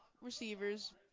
receivers